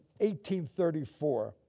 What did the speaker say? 1834